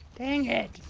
dang it.